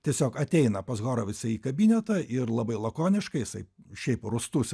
tiesiog ateina pas horovicą į kabinetą ir labai lakoniškai jisai šiaip rūstus